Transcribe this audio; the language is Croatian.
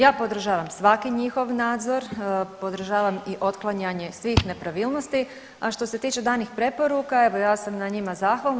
Ja podržavam svaki njihov nadzor, podržavam i otklanjanje svih nepravilnosti a što se tiče danih preporuka evo ja sam na njima zahvalna.